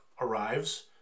arrives